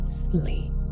sleep